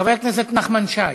חבר הכנסת נחמן שי,